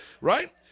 Right